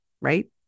Right